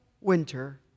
winter